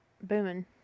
booming